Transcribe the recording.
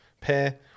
pair